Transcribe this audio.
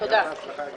הישיבה ננעלה